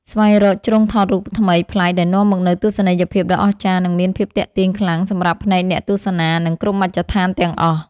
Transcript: ស្វែងរកជ្រុងថតរូបថ្មីប្លែកដែលនាំមកនូវទស្សនីយភាពដ៏អស្ចារ្យ និងមានភាពទាក់ទាញខ្លាំងសម្រាប់ភ្នែកអ្នកទស្សនា និងគ្រប់មជ្ឈដ្ឋានទាំងអស់។